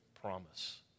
promise